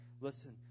Listen